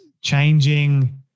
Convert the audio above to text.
changing